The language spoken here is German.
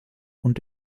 und